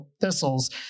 thistles